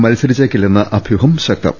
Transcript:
മത്സരിച്ചേക്കില്ലെന്ന അഭ്യൂഹം ശക്തം